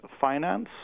finance